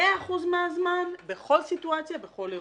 מאה אחוז מן הזמן, בכל סיטואציה, בכל אירוע.